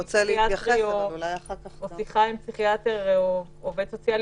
טיפול פסיכיאטרי או שיחה עם פסיכיאטר או עם עובד סוציאלי